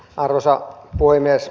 arvoisa puhemies